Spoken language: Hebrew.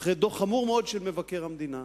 אחרי דוח חמור מאוד של מבקר המדינה,